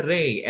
Ray